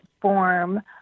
form